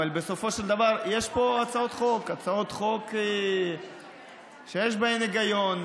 בסופו של דבר יש פה הצעות חוק שיש בהן היגיון.